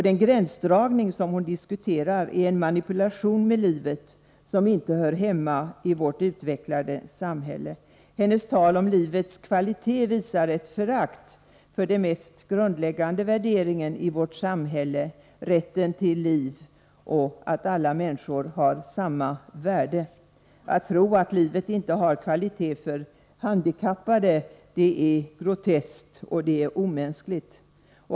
Den gränsdragning som hon diskuterar är en manipulation med livet som inte hör hemma i vårt utvecklade samhälle. Hennes tal om livets kvalitet visar ett förakt för den mest grundläggande värderingen i vårt samhälle, rätten till liv och att alla människor har samma värde. Att tro att livet inte har kvaliteter för handikappade är groteskt och omänskligt.